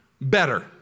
better